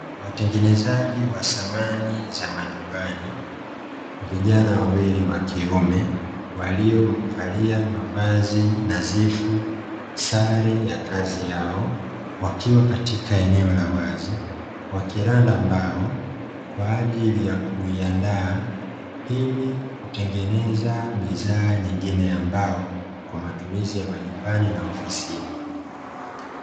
Watengenezaji wa samani za majumbani, vijana wawili wa kiume waliovalia mavazi nadhifu, sare ya kazi yao, wakiwa katika eneo la wazi, wakiranda mbao kwa ajili ya kuiandaa ili kutengeneza bidhaa nyingine ya mbao kwa matumizi ya majumbani na ofisini.